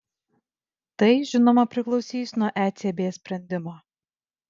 tai žinoma priklausys nuo ecb sprendimo